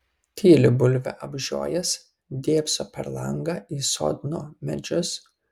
tyli bulvę apžiojęs dėbso per langą į sodno medžius